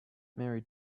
mary